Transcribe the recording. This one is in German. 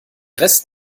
rest